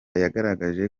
yagaragaje